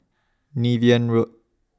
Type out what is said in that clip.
Niven Road